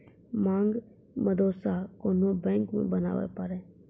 मांग मसौदा कोन्हो बैंक मे बनाबै पारै